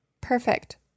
Perfect